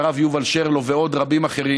הרב יובל שרלו ועוד רבים אחרים,